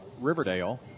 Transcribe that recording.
Riverdale